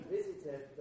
visited